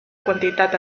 quantia